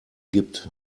gibt